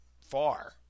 far